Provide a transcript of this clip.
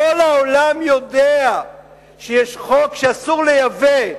כל העולם יודע שיש חוק שאסור לייבא,